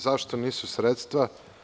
Zašto nisu sredstva?